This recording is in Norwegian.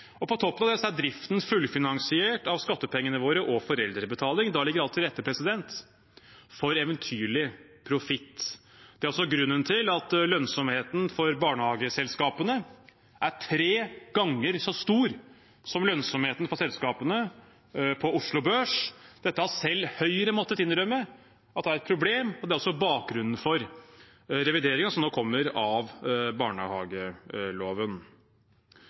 og på toppen av det er driften fullfinansiert av skattepengene våre og foreldrebetaling. Da ligger alt til rette for eventyrlig profitt. Det er grunnen til at lønnsomheten til barnehageselskapene er tre ganger så stor som lønnsomheten til selskapene på Oslo Børs. Dette har selv Høyre måttet innrømme at er et problem, og det er altså bakgrunnen for revideringen som nå kommer av barnehageloven.